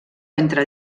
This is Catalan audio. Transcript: entre